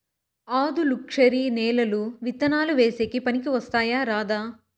ఆధులుక్షరి నేలలు విత్తనాలు వేసేకి పనికి వస్తాయా రాదా?